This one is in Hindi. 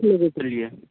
लोगों के लिए